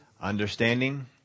Understanding